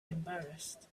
embarrassed